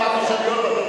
עכשיו את תשאלי אותו?